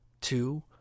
two